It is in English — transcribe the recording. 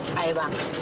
eva.